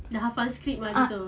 dah hafal script ah gitu